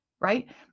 Right